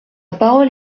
parole